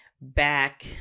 back